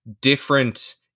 different